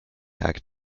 act